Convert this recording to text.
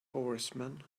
horsemen